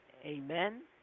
Amen